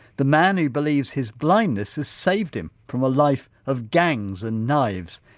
the man who believes his blindness has saved him from a life of gangs and knives.